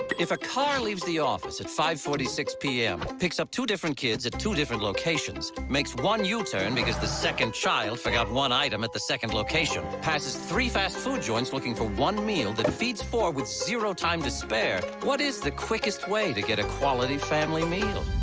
if a car leaves the office. at five forty six pm. picks up two different kids at two different locations. makes one yeah u-turn because the second child forgot one item at the second location. passes three fast food joints looking for one meal. that feeds four with zero time to spare. what is the quickest way to get a quality family meal?